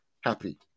happy